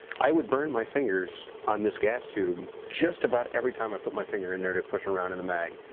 i would burn my fingers on this gas tube, just about every time i put my finger in there to push them around in the mag.